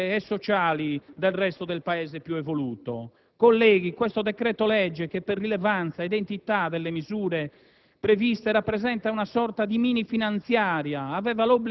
e tenute staccate da tutte le dinamiche economiche e sociali del resto del Paese più evoluto. Colleghi, questo decreto-legge che per rilevanza ed entità delle misure